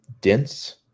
dense